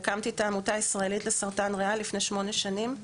והקמתי את העמותה הישראלית לסרטן ריאה לפני שמונה שנים.